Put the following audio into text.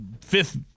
fifth